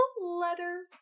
letter